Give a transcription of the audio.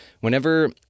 whenever